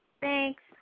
Thanks